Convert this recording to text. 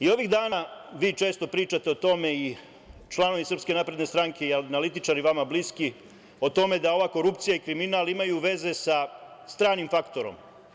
Ovih nada vi često pričate o tome i članovi SNS i analitičari vama bliski, o tome da ova korupcija i kriminal imaju veze sa stranim faktorom.